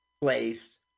Place